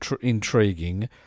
intriguing